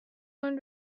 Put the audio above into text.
learn